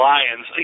Lions